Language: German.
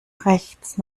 rechts